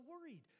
worried